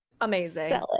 Amazing